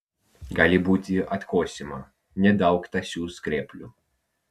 gali būti atkosima nedaug tąsių skreplių